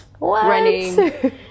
running